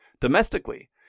Domestically